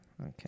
Okay